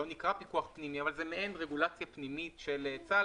נקרא פיקוח פנימי אבל זה מעין רגולציה פנימית של צבא הגנה לישראל,